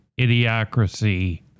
Idiocracy